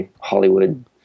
Hollywood